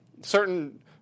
certain